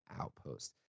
outpost